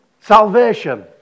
Salvation